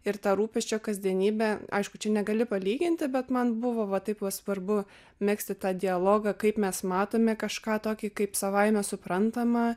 ir tą rūpesčio kasdienybę aišku čia negali palyginti bet man buvo va taip svarbu megzti tą dialogą kaip mes matome kažką tokį kaip savaime suprantamą